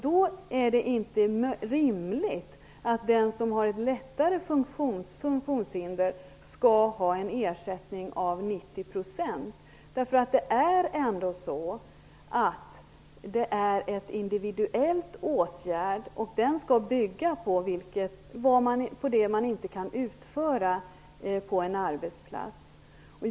Då är det inte rimligt att den som har ett lättare funktionshinder skall ha en ersättning på 90 %, därför att det är ändå fråga om en individuell åtgärd, som skall bygga på att man inte kan utföra en viss uppgift på en arbetsplats.